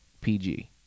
PG